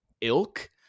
ilk